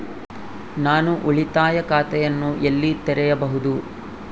ನಾನು ಉಳಿತಾಯ ಖಾತೆಯನ್ನು ಎಲ್ಲಿ ತೆರೆಯಬಹುದು?